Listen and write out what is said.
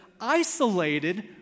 isolated